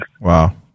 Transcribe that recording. Wow